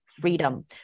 freedom